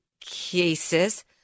cases